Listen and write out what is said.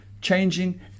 changing